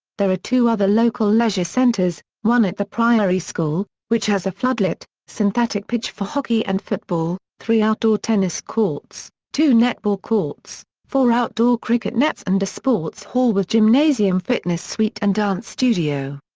there are two other local leisure centres one at the priory school, which has a floodlit, synthetic pitch for hockey and football, three outdoor tennis courts, two netball courts, four outdoor cricket nets and a sports hall with gymnasium fitness suite and dance studio.